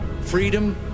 Freedom